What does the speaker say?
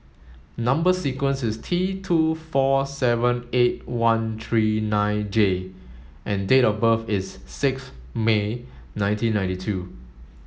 number sequence is T two four seven eight one three nine J and date of birth is six May nineteen ninety two